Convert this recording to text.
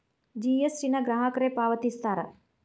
GST ನ ಗ್ರಾಹಕರೇ ಪಾವತಿಸ್ತಾರಾ